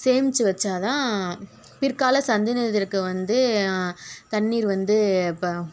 சேமிச்சு வச்சாதான் பிற்கால சந்ததியினருக்கு வந்து தண்ணீர் வந்து